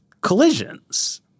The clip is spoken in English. collisions